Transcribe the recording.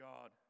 God